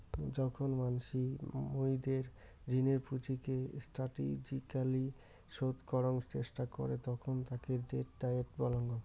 যখন মানসি মুইদের ঋণের পুঁজিকে স্টাটেজিক্যলী শোধ করাং চেষ্টা করে তখন তাকে ডেট ডায়েট বলাঙ্গ